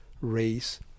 race